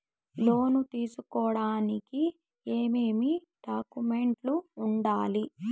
లోను తీసుకోడానికి ఏమేమి డాక్యుమెంట్లు ఉండాలి